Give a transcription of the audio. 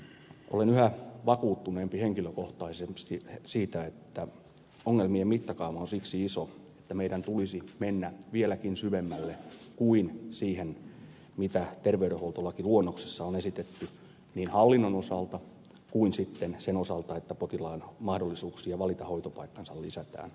olen yhä vakuuttuneempi henkilökohtaisesti siitä että ongelmien mittakaava on siksi iso että meidän tulisi mennä vieläkin syvemmälle kuin siihen mitä terveydenhuoltolakiluonnoksessa on esitetty niin hallinnon osalta kuin sitten sen osalta että potilaan mahdollisuuksia valita hoitopaikkansa lisätään